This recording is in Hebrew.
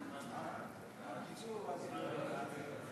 ההצעה להעביר את